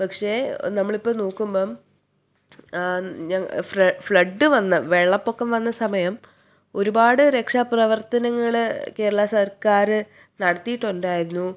പക്ഷെ നമ്മളിപ്പോൾ നോക്കുമ്പം ഫ്ലഡ് വന്ന വെള്ളപ്പൊക്കം വന്ന സമയം ഒരുപാട് രക്ഷാപ്രവർത്തനങ്ങൾ കേരള സർക്കാർ നടത്തിയിട്ടുണ്ടായിരുന്നു